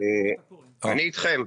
אני איתכם.